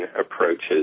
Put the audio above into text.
approaches